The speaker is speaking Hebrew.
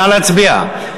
נא להצביע.